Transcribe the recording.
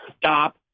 stop